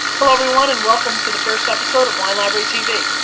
hello, everyone and welcome to the first episode of wine library tv.